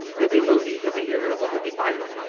he'll be moody. he'll be irritable. he'll be violent.